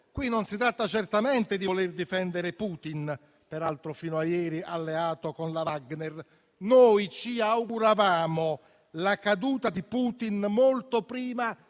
qui non si tratta certamente di voler difendere Putin, peraltro fino a ieri alleato con la Wagner; noi ci auguravamo la caduta di Putin molto prima